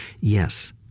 yes